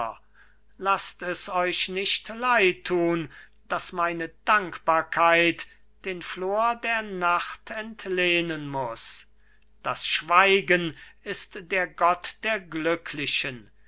laßt es euch nicht leid tun daß meine dankbarkeit den flor der nacht entlehnen muß das schweigen ist der gott der glücklichen